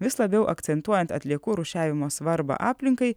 vis labiau akcentuojant atliekų rūšiavimo svarbą aplinkai